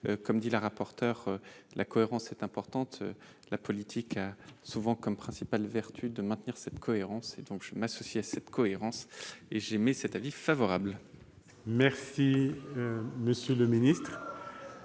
Comme le dit Mme la rapporteur, la cohérence est importante. La politique a souvent comme principale vertu de maintenir cette cohérence. Je m'associe donc à cette cohérence et j'émets un avis favorable sur ces six amendements.